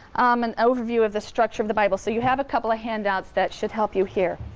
um an overview of the structure of the bible. so you have a couple of handouts that should help you here.